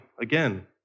Again